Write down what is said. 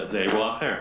זה אירוע אחר.